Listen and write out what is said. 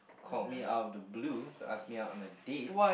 called me out of the blue to ask me out on a date